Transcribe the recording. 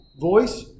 voice